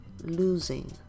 Losing